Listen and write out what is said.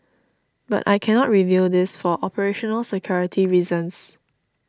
but I cannot reveal this for operational security reasons